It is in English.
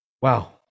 Wow